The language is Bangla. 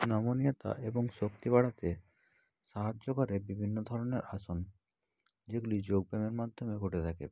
নমনীয়তা এবং শক্তি বাড়াতে সাহায্য করে বিভিন্ন ধরনের আসন যেগুলি যোগ ব্যায়ামের মাধ্যমে ঘটে থাকে